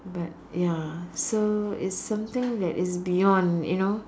but ya so it's something that is beyond you know